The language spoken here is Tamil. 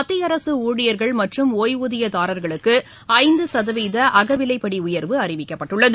மத்தியஅரசுணழியர்கள் ஒய்வூதியதாரா்களுக்குஜந்துசதவீதஅகவிலைப்படிஉயா்வு அறிவிக்கப்பட்டுள்ளது